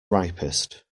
ripest